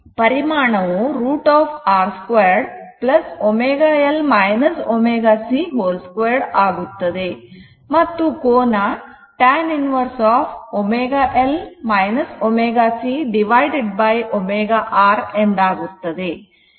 ಪರಿಮಾಣವು √ R 2 ω L ω c 2 ಆಗುತ್ತದೆ ಮತ್ತು ಕೋನ tan inverse L ω ω c R ω ಎಂದಾಗುತ್ತದೆ